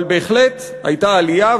אבל בהחלט הייתה עלייה,